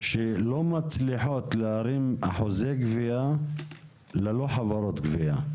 שלא מצליחות להרים אחוזי גבייה ללא חברות גבייה.